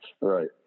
Right